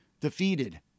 defeated